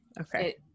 okay